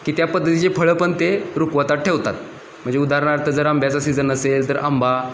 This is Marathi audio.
की त्या पद्धतीची फळं पण ते रुखवतात ठेवतात म्हणजे उदाहरणार्थ जर आंब्याचा सीझन असेल तर आंबा